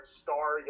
star